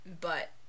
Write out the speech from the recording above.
but-